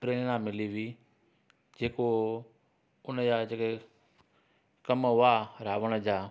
प्रेरणा मिली हुई जेको उनजा जेके कम हुआ रावण जा